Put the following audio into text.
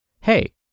hey